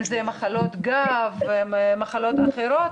אם זה מחלות גב ומחלות אחרות,